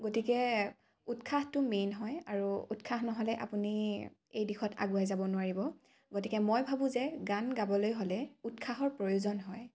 গতিকে উৎসাহটো মেইন হয় আৰু উৎসাহ নহ'লে আপুনি এই দিশত আগুৱাই যাব নোৱাৰিব গতিকে মই ভাবোঁ যে গান গাবলৈ হ'লে উৎসাহৰ প্ৰয়োজন হয়